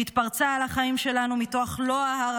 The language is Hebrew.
התפרצה על החיים שלנו מתוך לוע הר